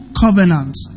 covenant